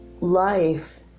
life